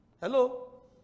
Hello